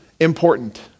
important